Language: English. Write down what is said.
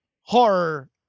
horror